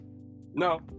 no